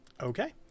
okay